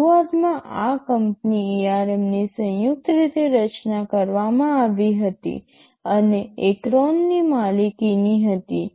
શરૂઆતમાં આ કંપની ARMની સંયુક્ત રીતે રચના કરવામાં આવી હતી અને Acron ની માલિકીની હતી